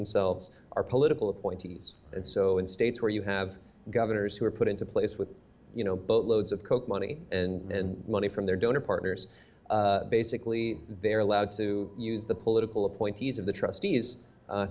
themselves are political appointees and so in states where you have governors who are put into place with you know boatloads of coke money and money from their donor partners basically they're allowed to use the political appointees of the